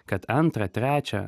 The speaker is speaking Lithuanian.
kad antrą trečią